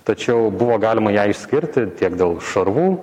tačiau buvo galima ją išskirti tiek dėl šarvų